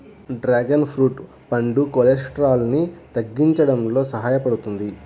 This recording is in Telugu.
డ్రాగన్ ఫ్రూట్ పండు కొలెస్ట్రాల్ను తగ్గించడంలో సహాయపడుతుంది